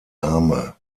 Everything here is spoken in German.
arme